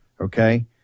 okay